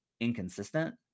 inconsistent